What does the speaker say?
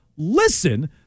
Listen